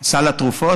סל התרופות.